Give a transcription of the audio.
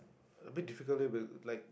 a bit difficult leh like